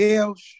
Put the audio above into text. Deus